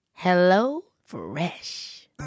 HelloFresh